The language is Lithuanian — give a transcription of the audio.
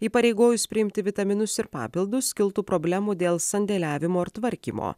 įpareigojus priimti vitaminus ir papildus kiltų problemų dėl sandėliavimo ir tvarkymo